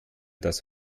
das